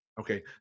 okay